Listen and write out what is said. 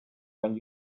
when